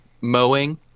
mowing